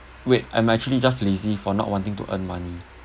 wait I'm actually just lazy for not wanting to earn money